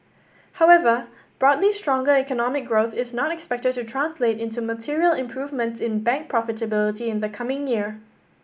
however broadly stronger economic growth is not expected to translate into material improvements in bank profitability in the coming year